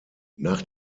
nach